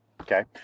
okay